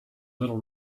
little